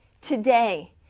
today